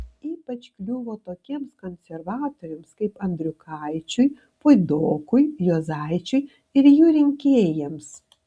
ypač kliuvo tokiems konservatoriams kaip andriukaičiui puidokui juozaičiui ir jų rinkėjams